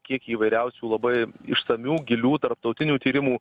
kiekį įvairiausių labai išsamių gilių tarptautinių tyrimų